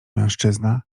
mężczyzna